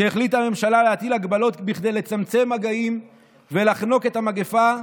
כשהחליטה הממשלה להטיל הגבלות כדי לצמצם מגעים ולחנוק את המגפה,